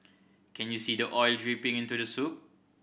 can you see the oil dripping into the soup